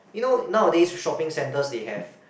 you know nowadays shopping centres they have